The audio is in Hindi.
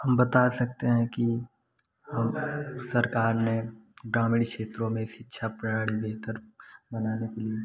हम बता सकते हैं कि हम सरकार ने ग्रामीण क्षेत्रों में शिक्षा प्रणाली बेहतर बनाने के लिए